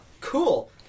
cool